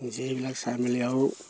নিজে এইবিলাক চাই মেলি আৰু